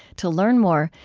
to learn more,